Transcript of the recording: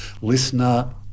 listener